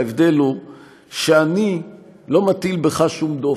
ההבדל הוא שאני לא מטיל בך שום דופי.